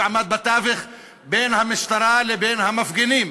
שעמד בתווך בין המשטרה לבין המפגינים,